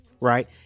right